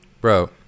bro